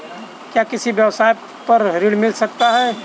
क्या किसी व्यवसाय पर ऋण मिल सकता है?